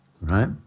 right